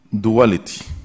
duality